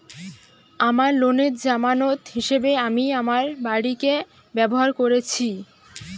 আমার লোনের জামানত হিসেবে আমি আমার বাড়িকে ব্যবহার করেছি